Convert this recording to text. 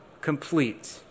complete